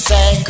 Say